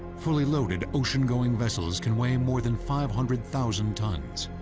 fully loaded ocean-going vessels can weigh more than five hundred thousand tons.